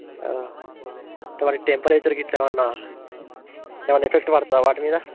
ఇట్ట మరి టెంపరేచర్ గిట్ల ఏమన్నా దాని ఎఫెక్ట్ పడుతుందా వాటిమీద